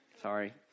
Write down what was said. Sorry